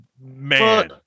Man